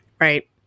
right